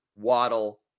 Waddle